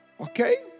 Okay